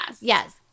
Yes